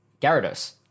Gyarados